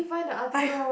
I